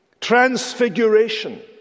transfiguration